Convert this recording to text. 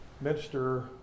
minister